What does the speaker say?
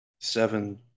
seven